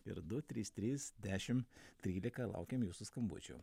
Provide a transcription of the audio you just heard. ir du trys trys dešim trylika laukiam jūsų skambučių